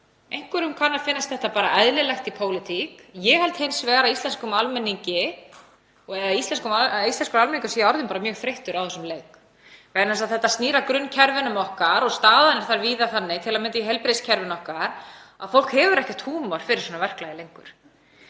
Einhverjum kann að finnast þetta eðlilegt í pólitík. Ég held hins vegar að íslenskur almenningur sé orðinn mjög þreyttur á þessum leik. Þetta snýr að grunnkerfunum okkar og staðan er víða þannig, t.d. í heilbrigðiskerfinu, að fólk hefur ekkert húmor fyrir svona verklagi lengur.